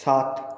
সাত